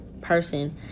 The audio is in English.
person